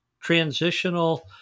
transitional